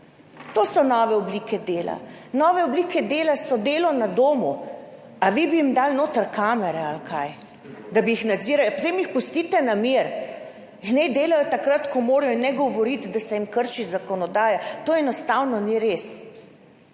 To so nove oblike dela. Nova oblika dela je delo na domu. A vi bi jim dali notri kamere, da bi jih nadzirali? Potem jih pustite na miru! Naj delajo takrat, ko lahko. Ne govoriti, da se jim krši zakonodaja. To enostavno ni res.